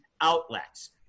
outlets